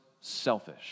selfish